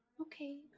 Okay